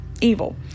evil